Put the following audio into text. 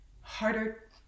harder